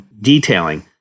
detailing